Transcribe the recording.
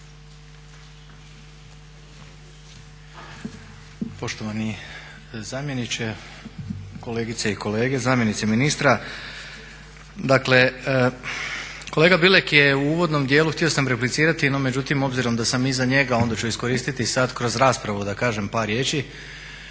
Poštovani zamjeniče, kolegice i kolege, zamjenici ministra. Dakle, kolega Bilek je u uvodnom dijelu htio sam replicirati no međutim obzirom da sam iza njega onda ću iskoristiti sad kroz raspravu da kažem par riječi.